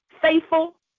faithful